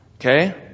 Okay